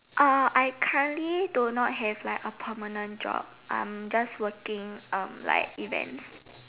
uh I currently do not have like a permanent job I am just working um like events